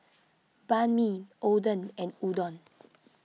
Banh Mi Oden and Udon